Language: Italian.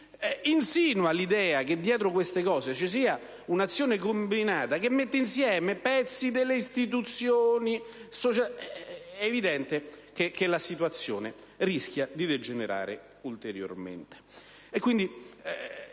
insinua l'idea che dietro queste cose ci sia un'azione combinata che mette insieme pezzi delle istituzioni e altro, è evidente che si rischia di far degenerare ulteriormente